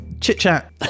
Chit-chat